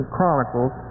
Chronicles